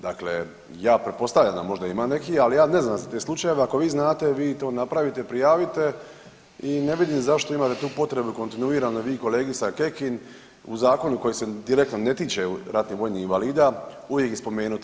Dakle, ja pretpostavljam da možda ima neki, ali ja ne znam za te slučajeve ako vi znate vi to napravite, prijavite i ne vidim zašto imate tu potrebu kontinuirano vi i kolegica Kekin u zakonu koji se direktno ne tiče ratnih vojnih invalida uvijek ih spomenuti.